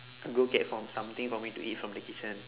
go get from something for me to eat from the kitchen